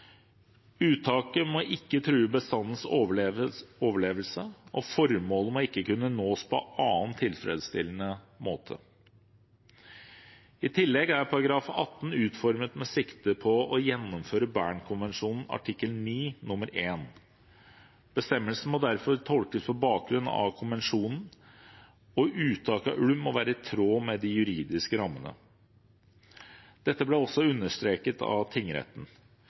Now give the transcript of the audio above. Uttaket må ikke true bestandens overlevelse, og formålet må ikke kunne nås på annen tilfredsstillende måte. I tillegg er § 18 utformet med sikte på å gjennomføre Bernkonvensjonen artikkel 9 punkt 1. Bestemmelsen må derfor tolkes på bakgrunn av konvensjonen, og uttak av ulv må være i tråd med de juridiske rammene. Dette ble også understreket av tingretten,